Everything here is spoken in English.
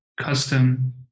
custom